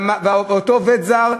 אותו עובד זר,